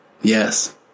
Yes